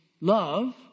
love